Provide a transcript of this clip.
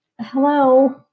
hello